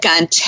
on